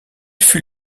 fut